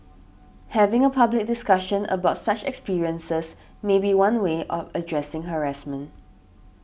having a public discussion about such experiences may be one way of addressing harassment